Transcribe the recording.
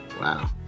Wow